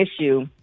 issue